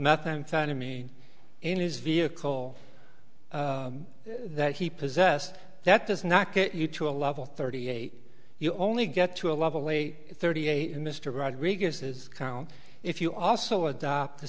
methamphetamine in his vehicle that he possessed that does not get you to a level thirty eight you only get to a level a thirty eight and mr rodriguez says if you also adopt the